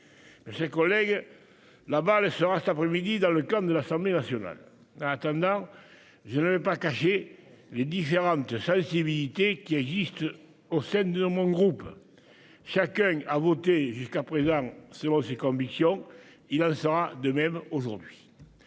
Mes chers collègues, la balle sera cette après-midi dans le camp de l'Assemblée nationale. En attendant, je ne cacherai pas les différentes sensibilités qui existent au sein de mon groupe. Chacun a voté jusqu'à présent selon ses convictions : il en sera de même aujourd'hui.